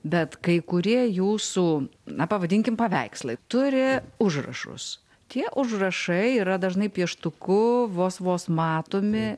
bet kai kurie jūsų na pavadinkim paveikslai turi užrašus tie užrašai yra dažnai pieštuku vos vos matomi